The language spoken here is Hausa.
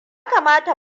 kamata